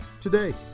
today